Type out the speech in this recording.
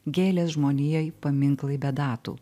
gėlės žmonijai paminklai be datų